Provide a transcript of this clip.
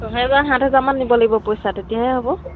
ছয় হেজাৰ সাত হেজাৰ মান নিব লাগিব পইচা তেতিয়াহে হ'ব